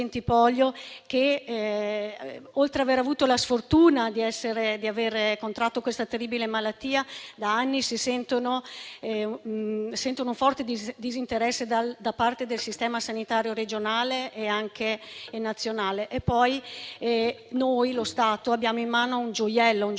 che, oltre ad aver avuto la sfortuna di avere contratto questa terribile malattia da anni, sentono un forte disinteresse da parte del Servizio sanitario regionale e anche nazionale. Noi, lo Stato, abbiamo in mano un gioiello che,